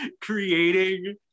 creating